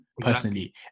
personally